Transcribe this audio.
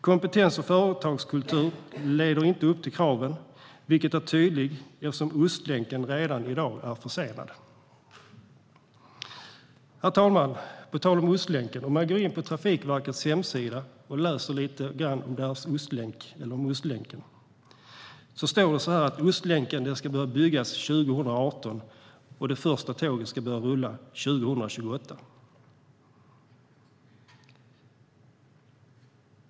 Kompetens och företagskultur lever inte upp till kraven, vilket är tydligt eftersom Ostlänken redan i dag är försenad. Herr talman! Låt mig tala om Ostlänken. På Trafikverkets hemsida kan man läsa att Ostlänken ska börja byggas 2018, och det första tåget ska rulla 2028.